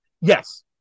yes